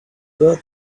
bert